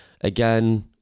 again